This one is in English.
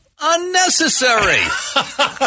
unnecessary